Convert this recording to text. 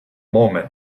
moment